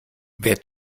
wer